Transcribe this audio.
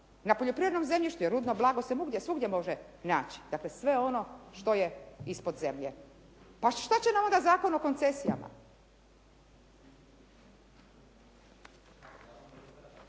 na poljoprivrednom zemljištu jer rudno blago se svugdje može naći, dakle, sve ono što je ispod zemlje Pa šta će nam onda Zakon o koncesijama?